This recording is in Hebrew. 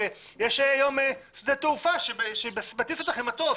יש היום שדה תעופה שמטיס אותך עם מטוס.